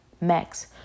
max